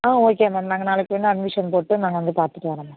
ஆ okay ma'am நாங்கள் நாளைக்கு வேணா அட்மிஷன் போட்டு நாங்கள் வந்து பார்த்துட்டு வரோம் மேம்